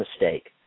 mistake